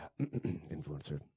Influencer